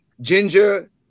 ginger